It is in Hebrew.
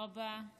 תודה רבה.